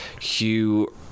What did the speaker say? Hugh